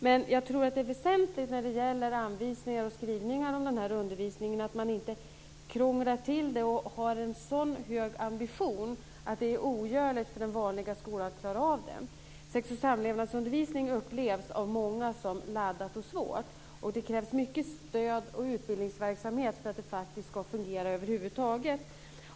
Men jag tror att det är väsentligt att man inte krånglar till det och har en sådan hög ambition när det gäller anvisningar och skrivningar om den här undervisningen att det är ogörligt för den vanliga skolan att klara av det. Sex och samlevnadsundervisning upplevs av många som laddat och svårt. Det krävs mycket stöd och utbildningsverksamhet för att det faktiskt ska fungera över huvud taget.